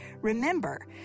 Remember